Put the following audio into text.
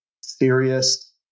serious